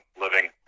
living